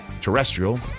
Terrestrial